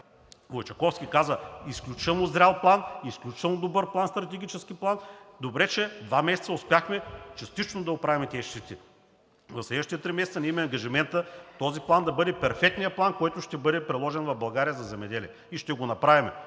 който каза: „Изключително зрял план. Изключително добър стратегически план.“ Добре, че за два месеца успяхме частично да оправим тези щети. В следващите три месеца ние имаме ангажимента този план да бъде перфектният план, който ще бъде приложен в България за земеделие, и ще го направим.